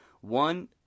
one